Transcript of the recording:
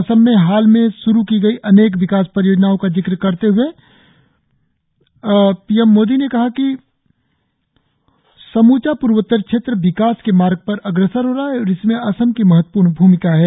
असम में हाल में श्रू की गई अनेक विकास परियोजनाओं का जिक्र करते हुए प्रधानमंत्री ने कहा कि समूचा प्रर्वोत्तर क्षेत्र विकास के मार्ग पर अग्रसर हो रहा है और इसमें असम की महत्वपूर्ण भूमिका है